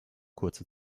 kurze